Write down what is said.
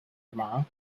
tomorrow